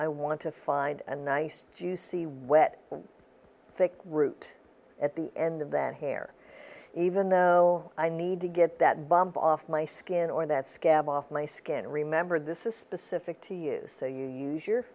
i want to find a nice juicy wet thick root at the end of that hair even though i need to get that bump off my skin or that scab off my skin and remember this is specific to you so you use your